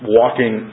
walking